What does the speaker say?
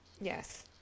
Yes